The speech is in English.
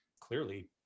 clearly